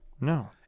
No